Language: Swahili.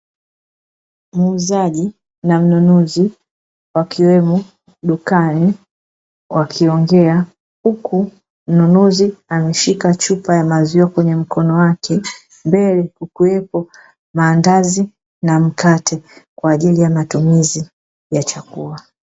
Muuzaji na mnunuzi wakiwemo dukani wakiongea huku mnunuzi ameshika chupa ya maziwa kwenye mkono wake, mbele kukiwepo maandazi na mkate kwa ajili ya matumizi ya chakula.